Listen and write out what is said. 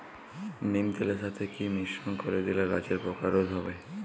নিম তেলের সাথে কি মিশ্রণ করে দিলে গাছের পোকা রোধ হবে?